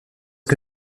que